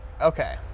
Okay